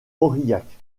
aurillac